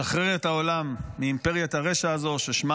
לשחרר את העולם מאימפריית הרשע הזאת ששמה